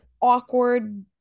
awkward